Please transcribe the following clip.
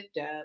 up